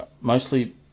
mostly